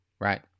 Right